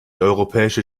europäische